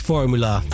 Formula